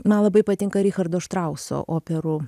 man labai patinka richardo štrauso operų